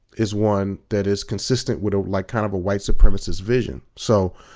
is one that is consistent with a like kind of a white supremacist vision. so,